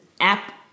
app